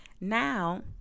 Now